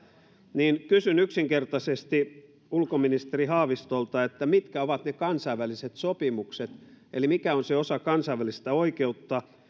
niin kysyn yksinkertaisesti ulkoministeri haavistolta mitkä ovat ne kansainväliset sopimukset eli mikä on se osa kansainvälistä oikeutta